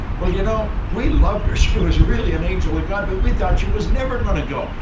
well, you know, we loved her. she was really an angel of god, but we thought she was never going to go.